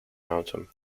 autumn